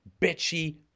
bitchy